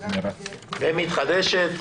וקוגנרציה, ומתחדשת.